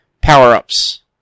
power-ups